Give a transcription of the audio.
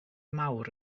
mawr